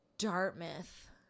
Dartmouth